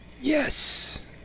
yes